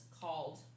called